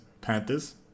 Panthers